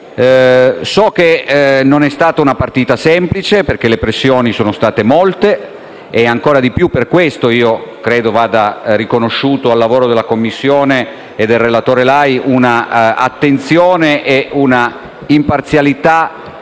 So che non è stata una partita semplice, perché le pressioni sono state molte, e ancora di più, per questo, credo vadano riconosciute al lavoro della Commissione e del relatore Lai un'attenzione e una imparzialità,